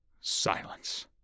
silence